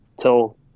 till